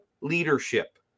leadership